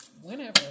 whenever